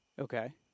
Okay